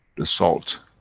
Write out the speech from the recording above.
the salt.